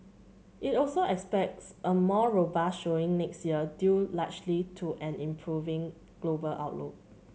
it also expects a more robust showing next year due largely to an improving global outlook